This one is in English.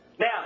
Now